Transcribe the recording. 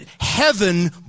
heaven